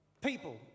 people